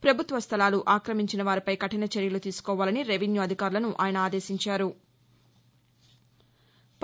పభుత్వ స్థలాలు ఆక్రమించిన వారిపై కఠిన చర్యలు తీసుకోవాలని రెవెన్యూ అధికారులను ఆయన ఆదేశించారు